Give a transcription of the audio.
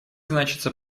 значится